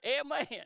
Amen